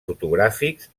fotogràfics